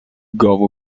گاو